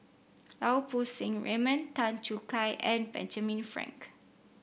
Lau Poo Seng Raymond Tan Choo Kai and Benjamin Frank